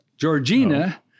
Georgina